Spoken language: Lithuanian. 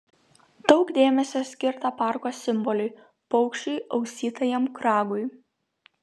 daug dėmesio skirta parko simboliui paukščiui ausytajam kragui